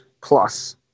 Plus